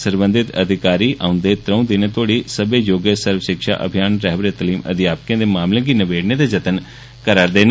सरबंधत अधिकारी औंदे त्रों दिने तोड़ी सब्बै योग्य सर्व शिक्षा अभेयान रैहबरे तालीम अध्यापकें दे मामलें गी नबेड़ने दे जतन करा रदे न